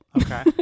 Okay